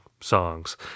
songs